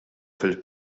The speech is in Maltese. fil